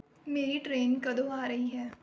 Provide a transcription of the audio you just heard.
ਮੇਰੀ ਟ੍ਰੇਨ ਕਦੋਂ ਆ ਰਹੀ ਹੈ